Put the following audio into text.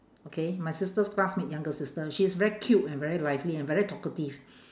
okay my sister's classmate younger sister she's very cute and very lively and very talkative